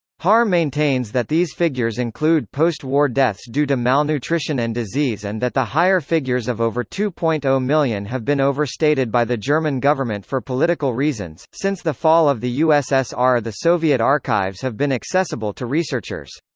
harr maintains that these figures include post war deaths due to malnutrition and disease and that the higher figures of over two point zero um million have been overstated by the german government for political reasons since the fall of the ussr the soviet archives have been accessible to researchers.